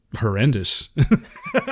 horrendous